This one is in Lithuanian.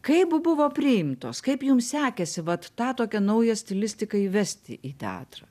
kaip buvo priimtos kaip jum sekėsi vat tą tokią naują stilistiką įvesti į teatrą